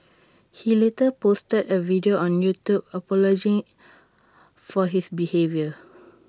he later posted A video on YouTube apology for his behaviour